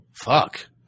fuck